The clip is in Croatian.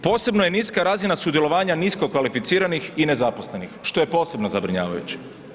Posebno je niska razina sudjelovanja nisko kvalificiranih i nezaposlenih, što je posebno zabrinjavajuće.